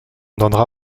donnera